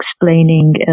explaining